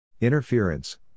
Interference